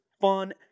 fun